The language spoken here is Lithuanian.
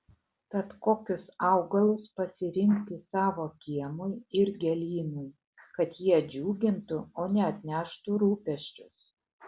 tad kokius augalus pasirinkti savo kiemui ir gėlynui kad jie džiugintų o ne atneštų rūpesčius